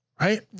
right